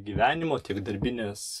gyvenimo tiek darbines